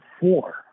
four